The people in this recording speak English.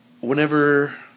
whenever